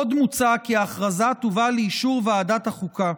עוד מוצע כי ההכרזה תובא לאישור ועדת החוקה.